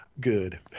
Good